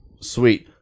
Sweet